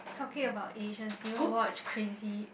talking about Asian did you watch crazy